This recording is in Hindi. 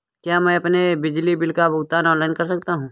क्या मैं अपने बिजली बिल का भुगतान ऑनलाइन कर सकता हूँ?